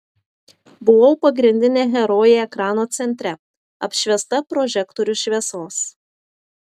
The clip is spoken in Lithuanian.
buvau pagrindinė herojė ekrano centre apšviesta prožektorių šviesos